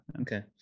Okay